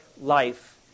life